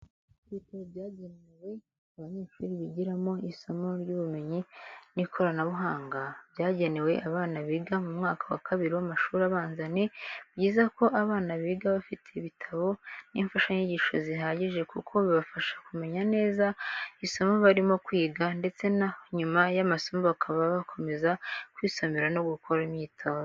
Ibitabo byanegewe abanyeshuri bigiramo isomo ry'ubumenyi n'ikoranabuhanga, byagenewe abana biga mu mwaka wa kabiri w'amashuri abanza ni byiza ko abana biga bafite ibitabo n'imfashanyigisho zihagije kuko bibafasha kumva neza isomo barimo kwiga, ndetse na nyuma y'amasomo bakaba bakomeza kwisomera no gukora imyitozo.